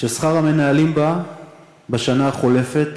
ששכר המנהלים בה בשנה החולפת